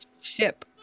ship